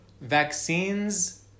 Vaccines